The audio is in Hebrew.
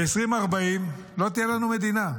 ב-2040 לא תהיה לנו מדינה.